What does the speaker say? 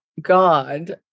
God